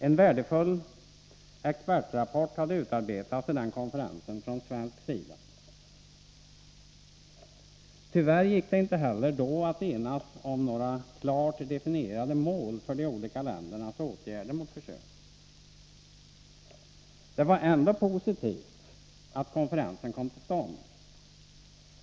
En värdefull expertrapport hade från svensk sida utarbetats till den konferensen. Tyvärr gick det inte heller då att enas om några klart definierade mål för de olika ländernas åtgärder mot försurningen. Det var ändå positivt att konferensen kom till stånd.